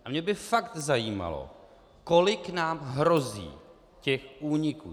A mě by fakt zajímalo, kolik nám hrozí těch úniků.